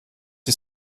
die